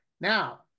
Now